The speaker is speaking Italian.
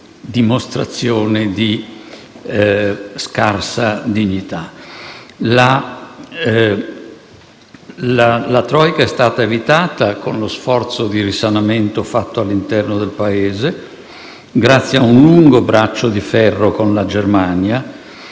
dimostrazione di scarsa dignità. La *troika* è stata evitata, con lo sforzo di risanamento fatto all'interno del Paese, grazie a un lungo braccio di ferro con la Germania